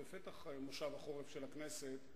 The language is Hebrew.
בפתח מושב הכנסת,